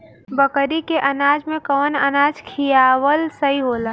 बकरी के अनाज में कवन अनाज खियावल सही होला?